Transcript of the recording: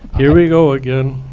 here we go again.